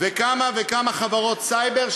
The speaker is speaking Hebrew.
וכמה וכמה חברות סייבר,